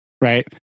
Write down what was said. right